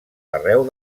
arreu